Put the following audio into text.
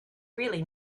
really